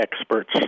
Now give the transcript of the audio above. experts